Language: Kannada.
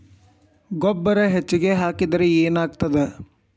ಗೊಬ್ಬರ ಹೆಚ್ಚಿಗೆ ಹಾಕಿದರೆ ಏನಾಗ್ತದ?